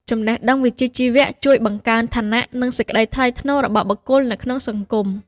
ចំណេះដឹងវិជ្ជាជីវៈជួយបង្កើនឋានៈ និងសេចក្ដីថ្លៃថ្នូររបស់បុគ្គលនៅក្នុងសង្គម។